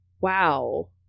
Wow